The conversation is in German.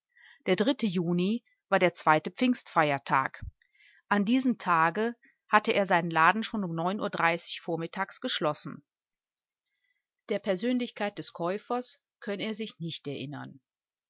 der dritte juni war der zweite pfingstfeiertag an diesem tage hatte er seinen laden schon um uhr vormittags geschlossen der persönlichkeit des käufers könne er sich nicht erinnern